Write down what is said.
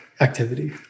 activity